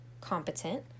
competent